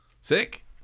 Sick